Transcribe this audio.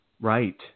Right